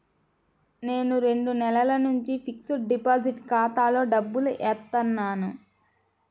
నేను రెండు నెలల నుంచి ఫిక్స్డ్ డిపాజిట్ ఖాతాలో డబ్బులు ఏత్తన్నాను